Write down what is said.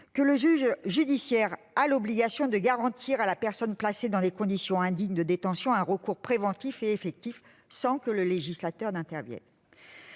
que le juge judiciaire avait l'obligation de garantir à la personne placée dans des conditions indignes de détention un recours préventif et effectif, sans que le législateur intervienne.